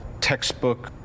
Textbook